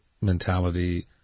mentality